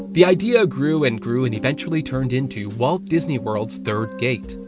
the idea grew and grew and eventually turned into walt disney world's third gate.